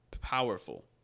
powerful